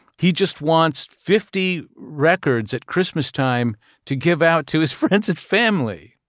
he just wants fifty records at christmas time to give out to his friends and family.